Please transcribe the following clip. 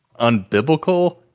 unbiblical